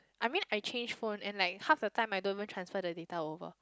I mean I change phone and like half the time I don't transfer the data over